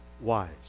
wise